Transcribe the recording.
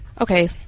okay